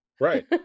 right